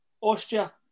Austria